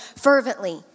fervently